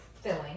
filling